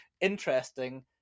interesting